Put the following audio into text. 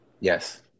Yes